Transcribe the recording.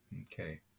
Okay